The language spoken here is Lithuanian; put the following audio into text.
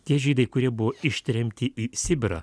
tie žydai kurie buvo ištremti į sibirą